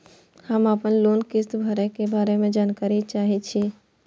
हम आपन लोन किस्त भरै के बारे में जानकारी चाहै छी?